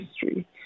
history